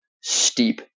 steep